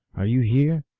are you here?